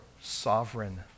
sovereign